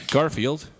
Garfield